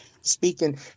speaking